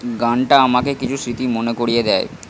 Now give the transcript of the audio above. গানটা আমাকে কিছু স্মৃতি মনে করিয়ে দেয়